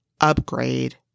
upgrade